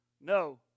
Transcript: No